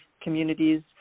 communities